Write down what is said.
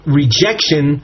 rejection